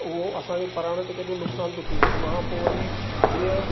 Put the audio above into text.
उहो असांजे प्राण ते केॾो नुक़सान थो थिए उनसां पोइ वरी जीअं